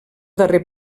darrer